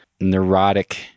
neurotic